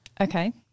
Okay